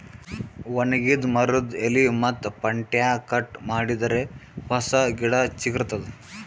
ಒಣಗಿದ್ ಮರದ್ದ್ ಎಲಿ ಮತ್ತ್ ಪಂಟ್ಟ್ಯಾ ಕಟ್ ಮಾಡಿದರೆ ಹೊಸ ಗಿಡ ಚಿಗರತದ್